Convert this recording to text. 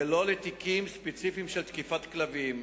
ולא לתיקים ספציפיים של תקיפת כלבים.